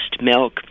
milk